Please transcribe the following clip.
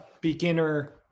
beginner